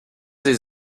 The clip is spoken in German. sie